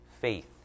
faith